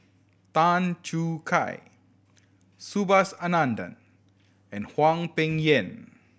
Tan Choo Kai Subhas Anandan and Hwang Peng Yuan